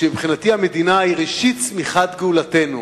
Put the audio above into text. המדינה היא ראשית צמיחת גאולתנו.